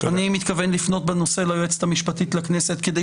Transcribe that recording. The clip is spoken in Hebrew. אני מתכוון לפנות בנושא ליועצת המשפטית לכנסת כדי